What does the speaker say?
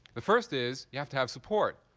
the first is you have to have support.